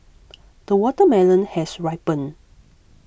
the watermelon has ripened